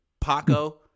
Paco